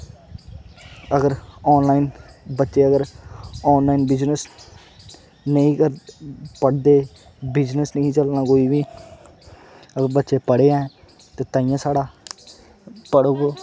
अगर आनलाइन बच्चे अगर आनलाइन बिजनस नेईं करदे पढ़दे बिजनस नेईं ही चलना कोई बी अगर ओह् बच्चे पढ़े ऐ ते ताइयें साढ़ा पढ़ोग